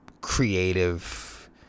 creative